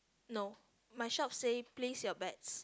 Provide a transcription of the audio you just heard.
no my shop say place your bets